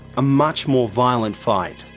a much more violent fight.